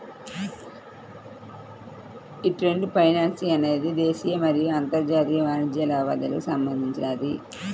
యీ trade finance అనేది దేశీయ మరియు అంతర్జాతీయ వాణిజ్య లావాదేవీలకు సంబంధించినది